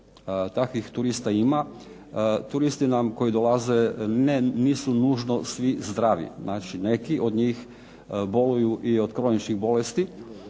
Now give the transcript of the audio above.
Takvih turista ima. Turisti nam koji dolaze nisu nužno svi zdravi. Znači, neki od njih boluju i od kroničnih bolesti